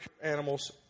animals